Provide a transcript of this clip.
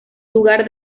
lugar